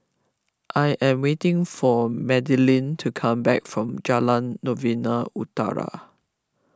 I am waiting for Madilynn to come back from Jalan Novena Utara